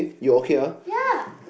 yeah